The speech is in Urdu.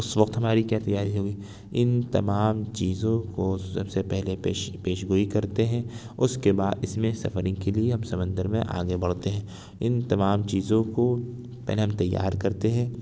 اس وقت ہماری کیا تیاری ہوگی ان تمام چیزوں کو سب سے پہلے پیشگوئی کرتے ہیں اس کے بعد اس میں سفرنگ کے لیے ہم سمندر میں آگے بڑھتے ہیں ان تمام چیزوں کو پہلے ہم تیار کرتے ہیں